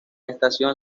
estación